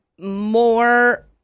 More